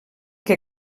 que